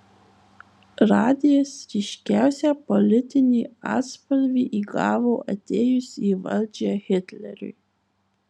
radijas ryškiausią politinį atspalvį įgavo atėjus į valdžią hitleriui